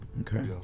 Okay